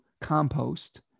compost